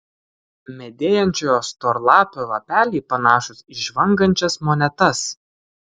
medėjančiojo storlapio lapeliai panašūs į žvangančias monetas